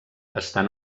estan